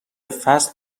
فصل